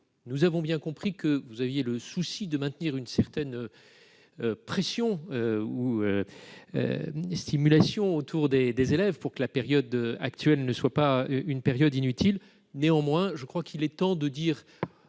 Nous avons bien compris que vous aviez le souci de maintenir un certain climat de stimulation pour les élèves, afin que la période actuelle ne soit pas inutile. Toutefois, je crois qu'il est temps de dire